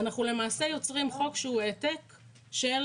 אנחנו למעשה יוצרים חוק שהוא העתק של